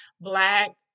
Black